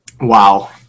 Wow